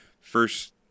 first